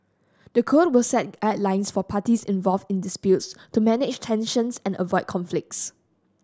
the code will set guidelines for parties involved in disputes to manage tensions and avoid conflicts